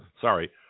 Sorry